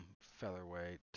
Featherweight